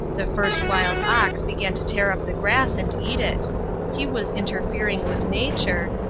the first wild ox began to tear up the grass and eat it he was interfering with nature,